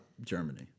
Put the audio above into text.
Germany